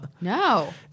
No